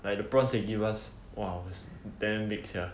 like the prawns they give us was !whoa! damn big sia